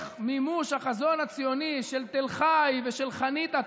מימוש החזון הציוני של תל חי ושל חניתה.